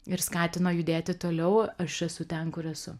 ir skatino judėti toliau aš esu ten kur esu